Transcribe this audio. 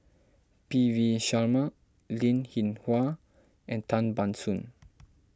P V Sharma Linn in Hua and Tan Ban Soon